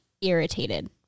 irritated